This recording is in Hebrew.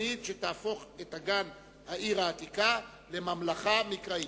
תוכנית שתהפוך את אגן העיר העתיקה ל"ממלכה מקראית".